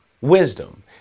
wisdom